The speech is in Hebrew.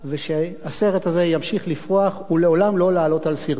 ושהסרט הזה ימשיך לפרוח ולעולם לא לעלות על שרטון.